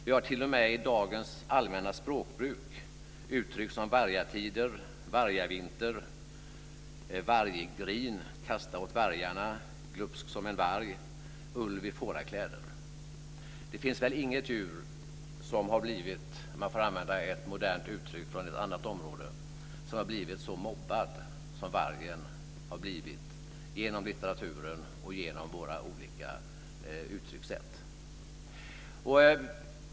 Vi har t.o.m. i dagens allmänna språkbruk uttryck som vargatider, vargavinter, varggrin, kasta åt vargarna, glupsk som en varg, ulv i fårakläder. Det finns väl inget djur som blivit så - för att använda ett uttryck från ett annat område - mobbat som vargen genom litteraturen och genom olika uttryckssätt.